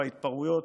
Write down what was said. וההתפרעויות,